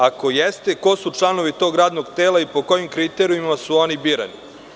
Ako jeste, ko su članovi tog radnog tela i po kom kriterijumu su oni birani?